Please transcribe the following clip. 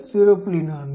4 6